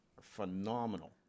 phenomenal